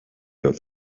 yol